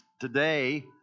Today